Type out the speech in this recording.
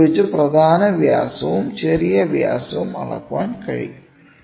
ഇത് ഉപയോഗിച്ച് പ്രധാന വ്യാസവും ചെറിയ വ്യാസവും അളക്കാൻ കഴിയും